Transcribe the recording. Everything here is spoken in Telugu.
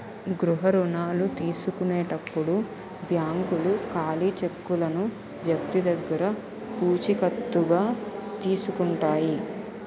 గృహ రుణాల తీసుకునేటప్పుడు బ్యాంకులు ఖాళీ చెక్కులను వ్యక్తి దగ్గర పూచికత్తుగా తీసుకుంటాయి